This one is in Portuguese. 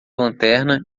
lanterna